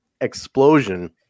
Explosion